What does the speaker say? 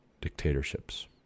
dictatorships